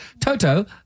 Toto